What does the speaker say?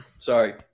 Sorry